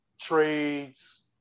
trades